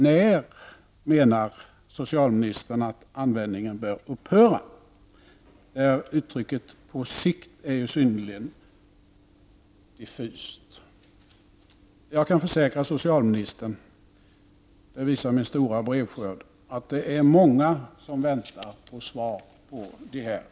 När skall enligt socialministern användningen av amalgam upphöra? Uttrycket på sikt är ju synnerligen diffust. Jag kan försäkra socialministern -- det visar min stora brevskörd -- att det är många som väntar på svar på dessa frågor.